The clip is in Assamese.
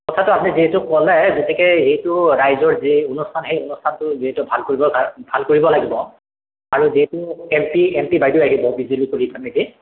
কথাটো আপুনি যিহেতু ক'লে গতিকে এইটো ৰাইজৰ যি অনুষ্ঠান এই অনুষ্ঠানটো যিহেতু ভাল কৰিব ভাল কৰিব লাগিব আৰু যিহেতু এম পি এম পি বাইদেউ আহিব বিজুলী কলিতা মেধি